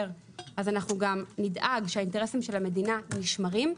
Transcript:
אנחנו גם נדאג שהאינטרסים של המדינה נשמרים.